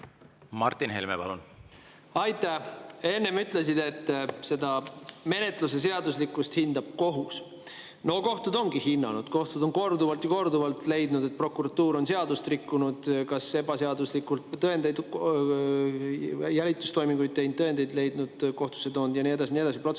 Martin Helme, palun! Aitäh! Sa enne ütlesid, et menetluse seaduslikkust hindab kohus. Kohtud ongi hinnanud. Kohtud on korduvalt ja korduvalt leidnud, et prokuratuur on seadust rikkunud: kas ebaseaduslikult jälitustoiminguid teinud, tõendeid leidnud, kohtusse toonud ja nii edasi ja nii edasi,